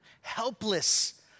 Helpless